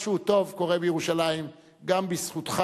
משהו טוב קורה בירושלים גם בזכותך,